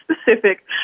specific